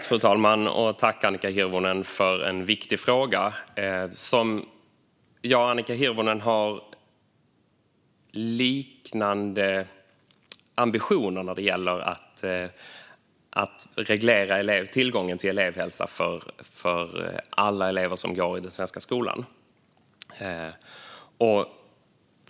Fru talman! Tack, Annika Hirvonen, för en viktig fråga! Jag och Annika Hirvonen har liknande ambitioner när det gäller att reglera tillgången till elevhälsa för alla elever som går i den svenska skolan.